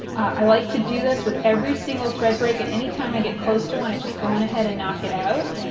i like to do this with every single thread break. and any time i get close to one i just go on ahead and knock it out.